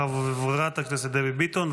חברת הכנסת דבי ביטון.